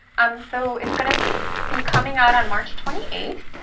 um so, it's gonna be coming out on march twenty eighth,